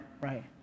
Right